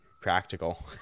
practical